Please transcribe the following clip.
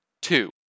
Two